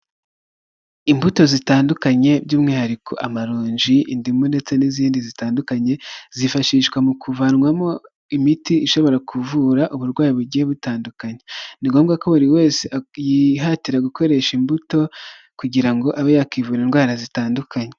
Imbuto zitandukanye by'umwihariko amarongi, indimu ndetse n'izindi zitandukanye, zifashishwa mu kuvanwamo imiti ishobora kuvura uburwayi bugiye butandukanye, ni ngombwa ko buri wese yihatira gukoresha imbuto kugira ngo abe yakwivura indwara zitandukanye.